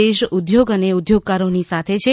દેશ ઉદ્યોગ અને ઉદ્યોગકારોની સાથે છે